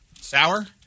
Sour